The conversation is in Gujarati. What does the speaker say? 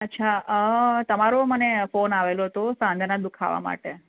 અચ્છા તમારો મને ફોન આવેલો હતો સાંધાના દુઃખાવા માટે